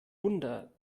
wunder